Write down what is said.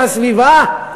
באותה סביבה,